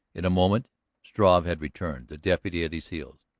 in a moment struve had returned, the deputy at his heels.